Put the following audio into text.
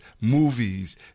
movies